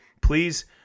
please